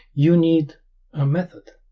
you need a method,